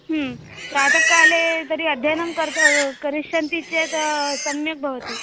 ह्म् प्रातःकाले तर्हि अध्ययनं कर्त् करिष्यन्ति चेत् सम्यक् भवति